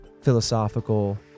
philosophical